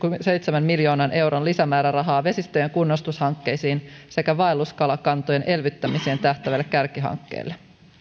seitsemän miljoonan euron lisämäärärahaa vesistöjen kunnostushankkeisiin sekä vaelluskalakantojen elvyttämiseen tähtäävälle kärkihankkeelle